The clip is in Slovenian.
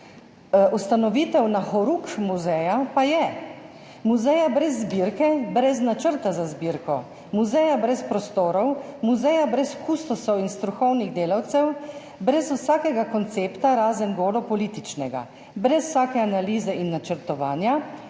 ustanovitev na horuk muzeja pa je. Muzeja brez zbirke, brez načrta za zbirko, muzeja brez prostorov, muzeja brez kustosov in strokovnih delavcev, brez vsakega koncepta, razen golo političnega, brez vsake analize in načrtovanja,